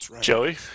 Joey